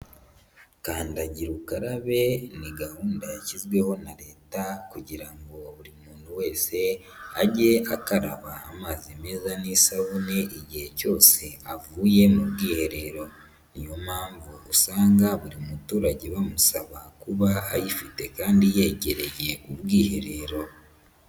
Kandagira ukarabe ni gahunda yashyizweho na leta kugira ngo buri muntu wese ajye akaraba amazi meza n'isabune igihe cyose avuye mu bwiherero. Niyo mpamvu usanga buri muturage bamusaba kuba ayifite kandi yegereye ubwiherero.